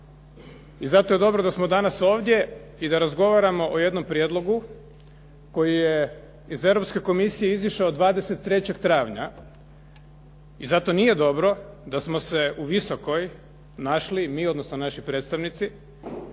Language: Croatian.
I zato je dobro da smo danas ovdje i da razgovaramo o jednom prijedlogu koji je iz Europske komisije izašao 23. travnja i zato nije dobro da smo se u Visokoj našli mi odnosno naši predstavnici,